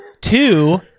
two